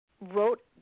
wrote